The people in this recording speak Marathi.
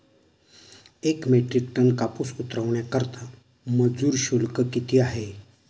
एक मेट्रिक टन कापूस उतरवण्याकरता मजूर शुल्क किती आहे?